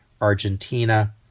Argentina